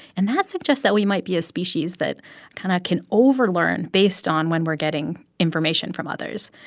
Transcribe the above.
and that suggests that we might be a species that kind of can overlearn based on when we're getting information from others.